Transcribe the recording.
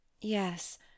Yes